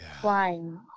flying